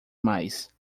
mais